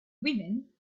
women